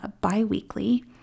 bi-weekly